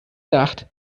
sagt